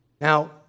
Now